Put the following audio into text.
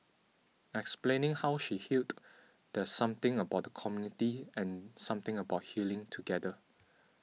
explaining how she healed there's something about the community and something about healing together